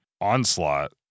onslaught